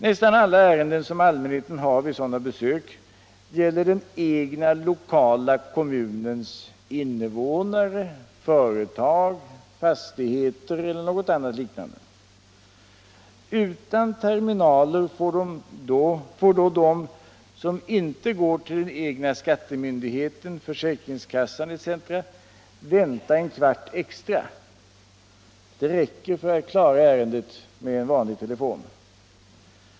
Nästan alla ärenden som allmänheten har vid sådana besök gäller den egna lokala kommunens innevånare, företag, fastigheter eller något liknande. Utan terminaler får då de som inte går till den egna skattemyndigheten, försäkringskassan etc. vänta en kvart extra. Det räcker för att klara ärendet med en vanlig telefon.